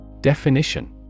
Definition